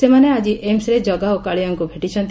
ସେମାନେ ଆଜି ଏମ୍ସରେ ଜଗା ଓ କାଳିଆଙ୍କୁ ଭେଟିଛନ୍ତି